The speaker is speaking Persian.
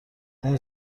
اون